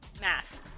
math